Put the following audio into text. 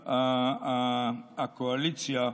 שהציעה הקואליציה,